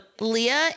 Leah